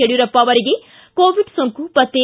ಯಡಿಯೂರಪ್ಪ ಅವರಿಗೆ ಕೋವಿಡ್ ಸೋಂಕು ಪತ್ತೆ